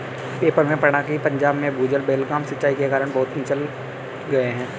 paper में पढ़ा था कि पंजाब में भूजल बेलगाम सिंचाई के कारण बहुत नीचे चल गया है